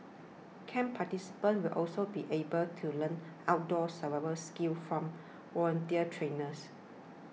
camp participants will also be able to learn outdoor survival skills from voluntary trainers